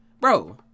Bro